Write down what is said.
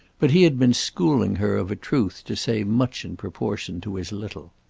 but he had been schooling her of a truth to say much in proportion to his little.